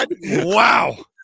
Wow